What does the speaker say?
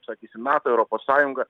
sakysim nato europos sąjunga